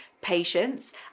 patience